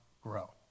grow